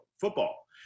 football